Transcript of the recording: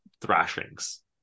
thrashings